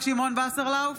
שמעון וסרלאוף,